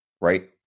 right